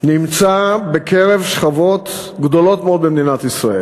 היום בקרב שכבות גדולות מאוד במדינת ישראל.